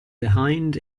behind